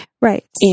Right